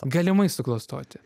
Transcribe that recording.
galimai suklastoti